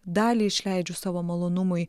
dalį išleidžiu savo malonumui